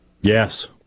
Yes